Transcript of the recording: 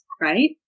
right